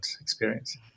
experience